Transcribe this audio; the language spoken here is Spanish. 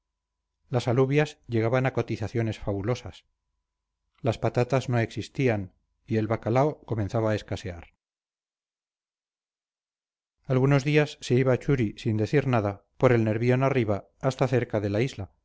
las alubias llegaban a cotizaciones fabulosas las patatas no existían y el bacalao comenzaba a escasear algunos días se iba churi sin decir nada por el nervión arriba hasta cerca de la isla